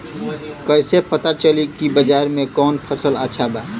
कैसे पता चली की बाजार में कवन फसल अच्छा बा?